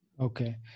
okay